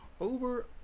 over